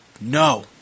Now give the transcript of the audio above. No